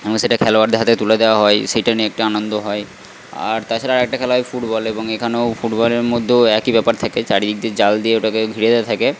এবং সেটা খেলোয়াড়দের হাতে তুলে দেওয়া হয় সেইটা নিয়ে একটু আনন্দ হয় আর তাছাড়া আর একটা খেলা হয় ফুটবল এবং এখানেও ফুটবলের মধ্যেও একই ব্যাপার থাকে চারিদিক দিয়ে জাল দিয়ে ওটাকে ঘিরে দেওয়া থাকে